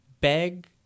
beg